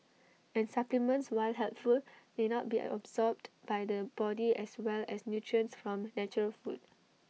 and supplements while helpful may not be absorbed by the body as well as nutrients from natural food